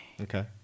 Okay